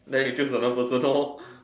then you choose another person lor